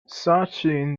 sachin